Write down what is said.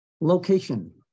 Location